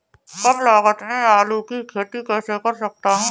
कम लागत में आलू की खेती कैसे कर सकता हूँ?